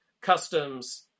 customs